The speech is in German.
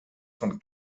von